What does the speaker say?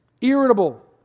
irritable